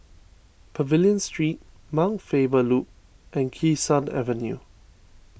Pavilion Street Mount Faber Loop and Kee Sud Avenue